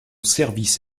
service